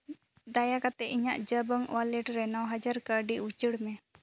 ᱫᱟᱭᱟ ᱠᱟᱛᱮᱫ ᱤᱧᱟᱹᱜ ᱡᱚᱵᱚᱝ ᱳᱣᱟᱞᱮᱴ ᱨᱮ ᱱᱚ ᱦᱟᱡᱟᱨ ᱠᱟᱹᱣᱰᱤ ᱩᱪᱟᱹᱲ ᱢᱮ